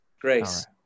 Grace